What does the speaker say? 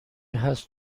هست